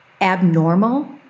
abnormal